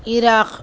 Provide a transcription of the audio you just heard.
Iraq